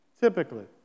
Typically